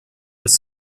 als